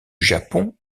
japon